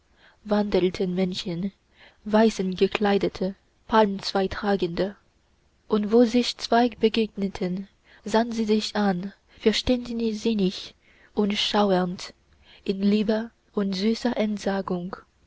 wandelten menschen weißgekleidete palmzweigtragende und wo sich zwei begegneten sahn sie sich an verständnisinnig und schauernd in liebe und süßer entsagung